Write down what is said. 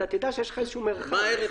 תדע שיש לך איזשהו מרחב,